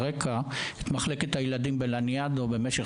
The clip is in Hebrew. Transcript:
מחלקת הילדים בבית החולים לניאדו במשך